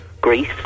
Greece